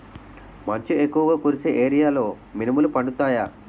మంచు ఎక్కువుగా కురిసే ఏరియాలో మినుములు పండుతాయా?